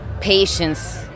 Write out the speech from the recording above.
Patience